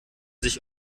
sich